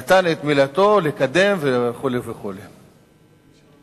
נתן את מילתו לקדם וכן הלאה וכן הלאה.